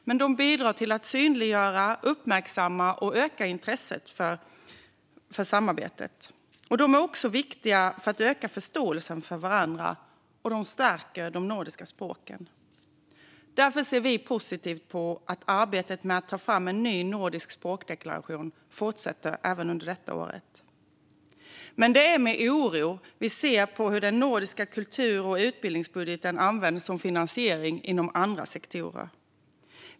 Men de bidrar till att synliggöra, uppmärksamma och öka intresset för samarbetet. De är också viktiga för att öka förståelsen för varandra, och de stärker de nordiska språken. Därför ser vi positivt på att arbetet med att ta fram en ny nordisk språkdeklaration fortsätter även under detta år. Men det är med oro vi ser hur den nordiska kultur och utbildningsbudgeten används som finansiering inom andra sektorer.